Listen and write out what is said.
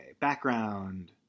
background